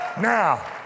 Now